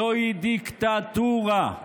זוהי דיקטטורה.